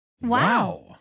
Wow